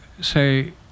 say